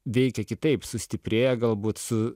veikia kitaip sustiprėja galbūt su